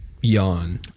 Yawn